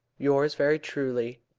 yours very truly,